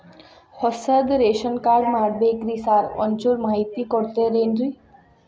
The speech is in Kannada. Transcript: ಹೊಸದ್ ರೇಶನ್ ಕಾರ್ಡ್ ಮಾಡ್ಬೇಕ್ರಿ ಸಾರ್ ಒಂಚೂರ್ ಮಾಹಿತಿ ಕೊಡ್ತೇರೆನ್ರಿ?